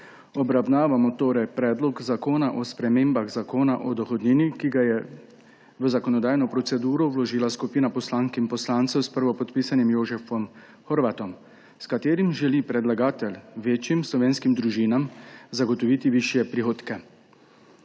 Obravnavamo torej Predlog zakona o spremembah Zakona o dohodnini, ki ga je v zakonodajno proceduro vložila skupina poslank in poslancev s prvopodpisanim Jožefom Horvatom, s katerim želi predlagatelj večjim slovenskim družinam zagotoviti višje prihodke.